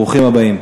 ברוכים הבאים.